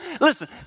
Listen